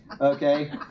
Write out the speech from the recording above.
okay